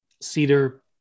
cedar